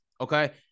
okay